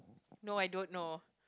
no I don't know